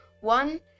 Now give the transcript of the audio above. One